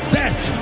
death